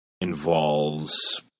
involves